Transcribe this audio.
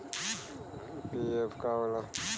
PF का होला?